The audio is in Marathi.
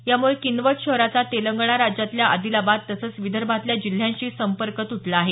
यामुळे किनवट शहराचा तेलंगणा राज्यातल्या आदिलाबाद तसंच विदर्भातल्या जिल्ह्यांशी संपर्क तुटला आहे